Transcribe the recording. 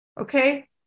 okay